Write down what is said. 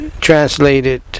translated